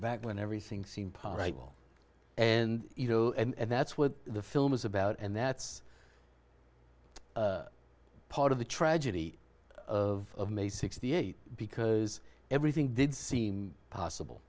back when everything seemed possible and you know and that's what the film is about and that's part of the tragedy of may sixty eight because everything did seem possible